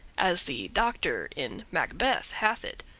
as the doctor in macbeth hath it.